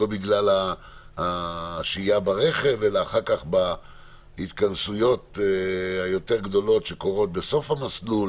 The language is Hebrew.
לא בגלל השהייה ברכב אלא אחר-כך בהתכנסויות היותר גדולות בסוף המסלול